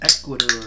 Ecuador